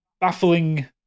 baffling